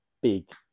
big